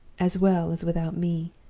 as well as without me!